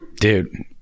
dude